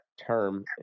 term